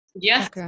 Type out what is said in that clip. yes